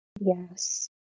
Yes